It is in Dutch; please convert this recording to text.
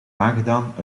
aangedaan